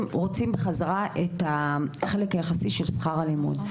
רוצים בחזרה את החלק היחסי של שכר הלימוד.